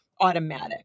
automatic